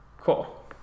Cool